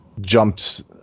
jumped